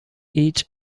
each